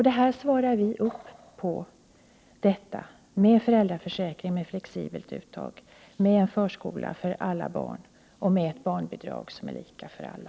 Detta svarar vi socialdemokrater på genom att införa en föräldraförsäkring med flexibelt uttag, med en förskola för alla barn och med ett barnbidrag som är lika för alla.